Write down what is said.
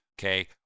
okay